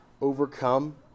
overcome